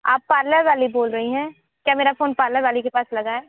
आप पार्लर वाली बोल रही हैं क्या मेरा फोन पार्लर वाली के पास लगा है